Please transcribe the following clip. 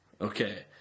Okay